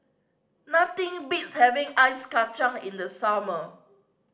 nothing beats having ice kacang in the summer